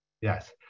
Yes